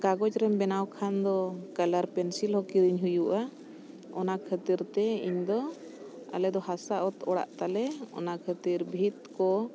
ᱠᱟᱜᱚᱡᱽ ᱨᱮᱢ ᱵᱮᱱᱟᱣ ᱠᱷᱟᱱ ᱫᱚ ᱠᱟᱞᱟᱨ ᱯᱮᱱᱥᱤᱞ ᱦᱚᱸ ᱠᱤᱨᱤᱧ ᱦᱩᱭᱩᱜᱼᱟ ᱚᱱᱟ ᱠᱷᱟᱹᱛᱤᱨ ᱛᱮ ᱤᱧ ᱫᱚ ᱟᱞᱮ ᱫᱚ ᱦᱟᱥᱟ ᱚᱛ ᱚᱲᱟᱜ ᱛᱟᱞᱮ ᱚᱱᱟ ᱠᱷᱟᱹᱛᱤᱨ ᱵᱷᱤᱛ ᱠᱚ